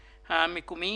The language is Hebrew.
אדוני.